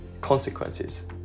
consequences